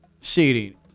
seating